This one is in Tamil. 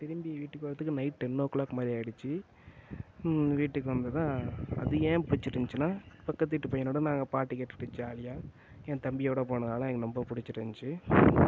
திரும்பி வீட்டுக்கு வரதுக்கு நைட்டு டென் ஓ கிளாக் மாதிரி ஆகிடுச்சி வீட்டுக்கு வந்ததும் அது ஏன் பிடிச்சிருந்ச்சினா பக்கத்து வீட்டு பையனோடு நாங்கள் பாட்டு கேட்டுகிட்டு ஜாலியாக என் தம்பியோடு போனதுனால் என் ரொம்ப பிடிச்சிருந்ச்சி